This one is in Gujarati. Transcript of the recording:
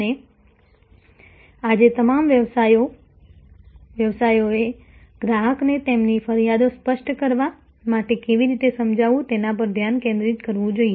અને આજે તમામ વ્યવસાયોએ ગ્રાહકને તેમની ફરિયાદો સ્પષ્ટ કરવા માટે કેવી રીતે સમજાવવું તેના પર ધ્યાન કેન્દ્રિત કરવું જોઈએ